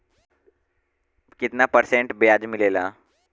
कितना परसेंट ब्याज मिलेला?